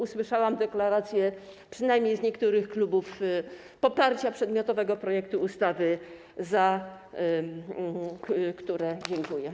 Usłyszałam deklaracje, przynajmniej z niektórych klubów, poparcia przedmiotowego projektu ustawy, za które dziękuję.